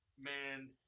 man